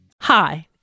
Hi